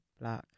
black